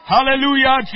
Hallelujah